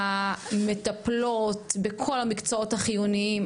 המטפלות בכל המקצועות החיוניים.